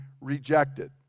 rejected